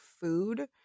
food